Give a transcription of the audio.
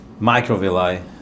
Microvilli